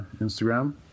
Instagram